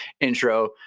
intro